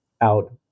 out